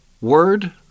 word